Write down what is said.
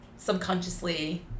subconsciously